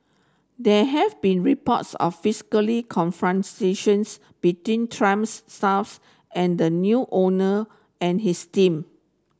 there have been reports of physically confrontations between Trumps staffs and the new owner and his team